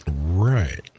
Right